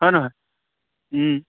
হয় নহয়